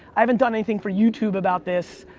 i haven't done anything for youtube about this.